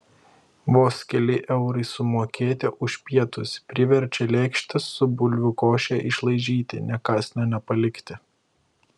vos keli eurai sumokėti už pietus priverčia lėkštę su bulvių koše išlaižyti nė kąsnio nepalikti